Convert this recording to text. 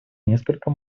несколько